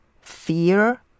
fear